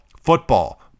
football